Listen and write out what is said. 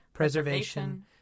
Preservation